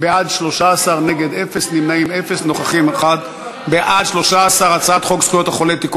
ההצעה להעביר את הצעת חוק זכויות החולה (תיקון